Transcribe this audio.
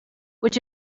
would